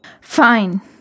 Fine